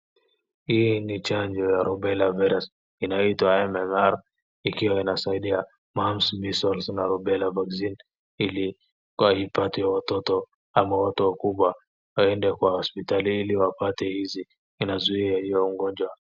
Hii ni chanjo ya Rubella virus , inayoitwa MMR , ikiwa inasaidia mumps, measles na Rubella vaccine ili kwaipate watoto ama watu wakubwa waende hospitali ili wapate hizi. Inazuia hiyo ugonjwa.